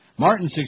Martin